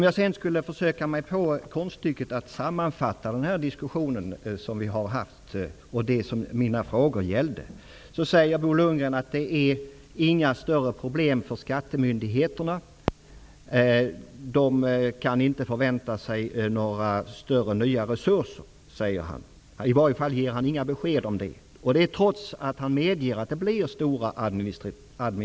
Jag skall försöka mig på konststycket att sammanfatta den diskussion som vi har haft och det som mina frågor gällde. Bo Lundgren säger att det inte är några större problem för skattemyndigheterna. Han ger inte några besked om att de kan förvänta sig några nya resurser, trots att han medger att det blir stora administrativa problem.